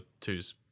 two's